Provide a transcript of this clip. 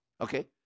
Okay